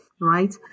right